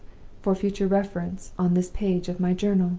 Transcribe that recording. for future reference, on this page of my journal.